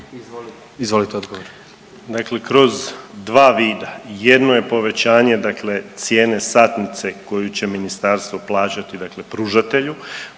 Izvolite odgovor